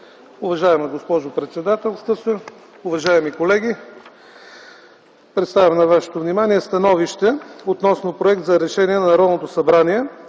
Уважаема госпожо председателстваща, уважаеми колеги! Представям на вашето внимание: „СТАНОВИЩЕ относно Проект за решение на Народното събрание,